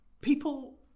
people